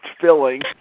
filling